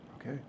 Okay